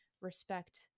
respect